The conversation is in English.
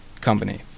company